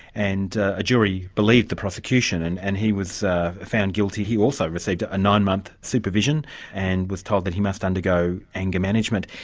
and ah a jury believed the prosecution, and and he was found guilty. he also received a nine month supervision and was told that he must undergo anger management.